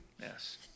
yes